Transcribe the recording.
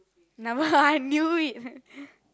I knew it